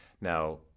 Now